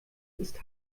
ist